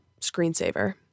screensaver